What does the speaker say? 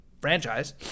franchise